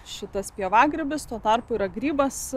šitas pievagrybis tuo tarpu yra grybas